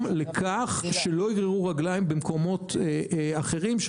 לכך שלא יגררו רגליים במקומות אחרים,